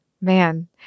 Man